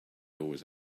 always